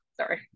Sorry